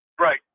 Right